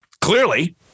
clearly